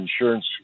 insurance